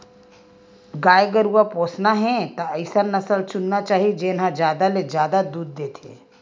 गाय गरूवा पोसना हे त अइसन नसल चुनना चाही जेन ह जादा ले जादा दूद देथे